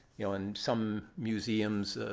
you know in some museums,